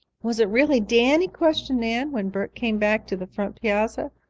was it really danny? questioned nan, when bert came back to the front piazza.